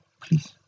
Please